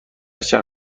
شهر